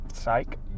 psych